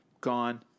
Gone